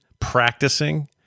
practicing